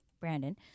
brandon